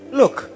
look